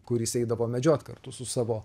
kuris eidavo medžiot kartu su savo